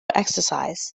exercise